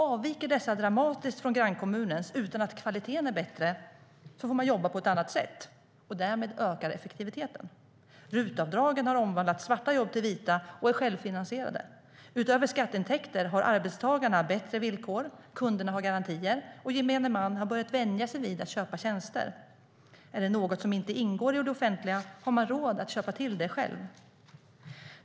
Avviker dessa dramatiskt från grannkommunens utan att kvaliteten är bättre får man jobba på ett annat sätt, och därmed ökar effektiviteten. RUT-avdragen har omvandlat svarta jobb till vita och är självfinansierade. Utöver skatteintäkter har arbetstagarna bättre villkor, kunderna har garantier, och gemene man har börjat vänja sig vid att köpa tjänster. Om det är något som inte ingår i det offentliga har man råd att köpa till det själv.